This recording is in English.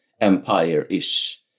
empire-ish